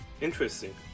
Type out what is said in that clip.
Interesting